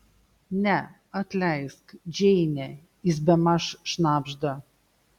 ne atleisk džeine jis bemaž šnabžda